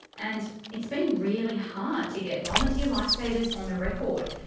and it's been really hard to get volunteer lifesavers on the record.